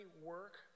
work